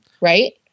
Right